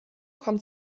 kommt